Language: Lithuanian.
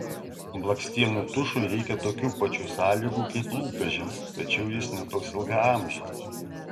blakstienų tušui reikia tokių pačių sąlygų kaip lūpdažiams tačiau jis ne toks ilgaamžis